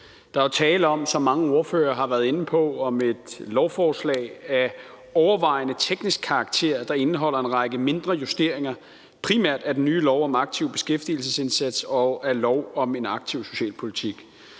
Der er jo tale om, som mange ordførere har været inde på, et lovforslag af overvejende teknisk karakter, der indeholder en række mindre justeringer, primært af den nye lov om en aktiv beskæftigelsesindsats og af lov om en aktiv socialpolitik.